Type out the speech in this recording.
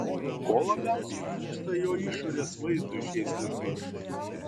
ko labiausiai trūksta jo išorės vaizdui šiais laikais